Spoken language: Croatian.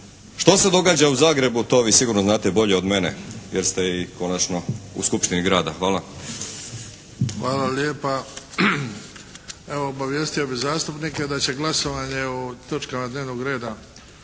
Što se događa u Zagrebu to vi sigurno znate bolje od mene jer ste i konačno u skupštini grada. Hvala. **Bebić, Luka (HDZ)** Hvala lijepa. Evo obavijestio bih zastupnike da će glasovanje o točkama dnevnog reda